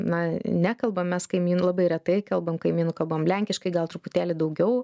na nekalbam mes kaimynų labai retai kalbam kaimynų kalbom lenkiškai gal truputėlį daugiau